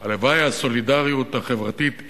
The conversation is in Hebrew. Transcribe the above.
שהלוואי שהסולידריות החברתית,